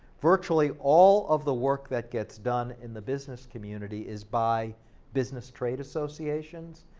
virtually all of the work that gets done in the business community is by business trade associations,